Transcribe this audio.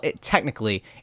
technically